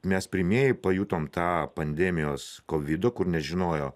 mes pirmieji pajutom tą pandemijos kovido kur nežinojo